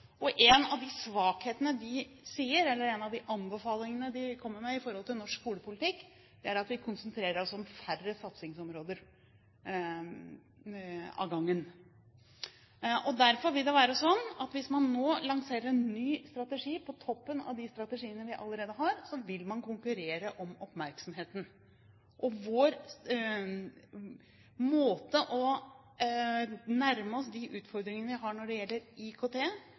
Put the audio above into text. En av de anbefalingene de kommer med når det gjelder norsk skolepolitikk, er at vi konsentrerer oss om færre satsingsområder av gangen. Hvis man nå lanserer en ny strategi på toppen av de strategiene vi allerede har, vil disse konkurrere om oppmerksomheten. Vår måte å nærme oss de utfordringene på som vi har når det gjelder IKT,